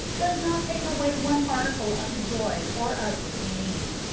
does not take away one particle of the joy or of the pain.